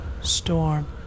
Storm